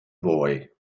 boy